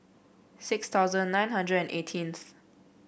six thousand nine hundred eighteenth